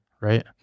right